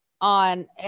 on